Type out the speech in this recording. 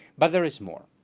but there is more.